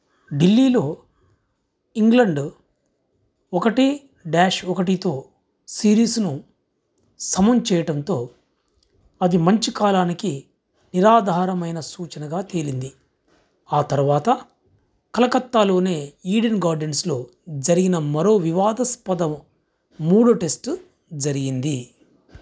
ఢిల్లీలో ఇంగ్లండు ఒకటి డాష్ ఒకటితో సిరీస్ను సమం చేయటంతో అది మంచికాలానికి నిరాధారమైన సూచనగా తేలింది ఆ తరువాత కలకత్తాలోని ఈడెన్ గార్డెన్స్లో జరిగిన మరో వివాదస్పదం మూడో టెస్టు జరిగింది